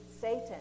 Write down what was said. Satan